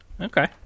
Okay